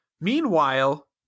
Meanwhile